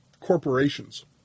corporations